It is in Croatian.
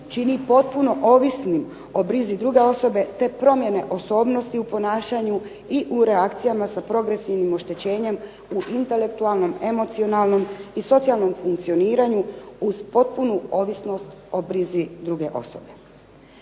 čini potpuno ovisnim o brzi druge osobe, te promjene osobnosti u ponašanju i u reakcijama sa progresivnim oštećenjem u intelektualnom, emocionalnom i socijalnom funkcioniranju uz potpunu ovisnost o brizi druge osobe.